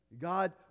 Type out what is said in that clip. God